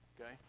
okay